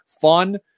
Fun